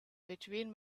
between